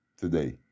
today